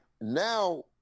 Now